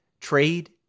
trade